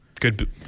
Good